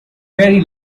very